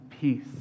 peace